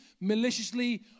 maliciously